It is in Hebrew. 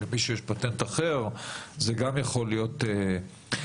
אם למישהו יש פטנט אחר זה גם יכול להיות מקובל.